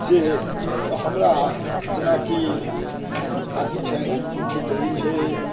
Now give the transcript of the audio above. से हमरा जेनाकि अथी छनि कि कहै छै